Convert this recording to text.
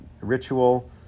ritual